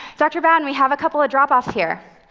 dr. bowden, we have a couple of drop-offs here.